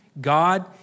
God